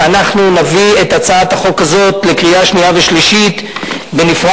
אנחנו נביא את הצעת החוק הזאת לקריאה שנייה וקריאה שלישית בנפרד,